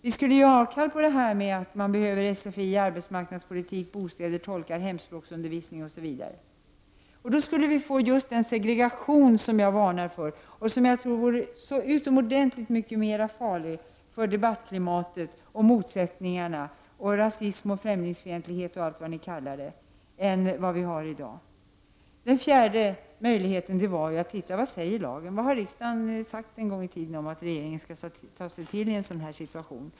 Vi skulle bortse ifrån att det behövs sfi, arbetsmarknadspolitik, bostäder, tolkar, hemspråkundervisning, osv. Då skulle vi få just den segregation som jag varnar för och som jag tror vore så oerhört mycket mera farlig för debattklimatet och motsättningarna, rasismen, främlingsfientligheten och allt vad vi kallar det, än hur det är i dag. Den fjärde möjligheten var att titta på vad lagen säger. Vad har riksdagen sagt en gång i tiden om att regeringen skall ta sig till i sådan här situation.